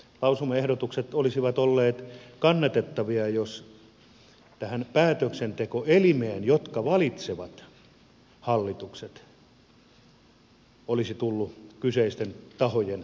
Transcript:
lausumaehdotukset olisivat olleet kannatettavia jos päätöksentekoelimiin jotka valitsevat hallitukset olisi tullut kyseisten tahojen edustukset